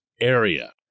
area